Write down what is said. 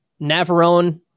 Navarone